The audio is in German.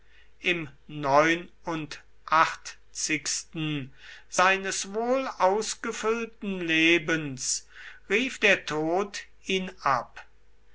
im neunundachtzigsten seines wohlausgefüllten lebens rief der tod ihn ab